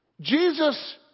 Jesus